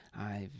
I've